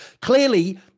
clearly